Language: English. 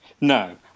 No